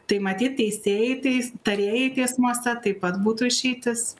tai matyt teisėjai teis tarėjai teismuose taip pat būtų išeitis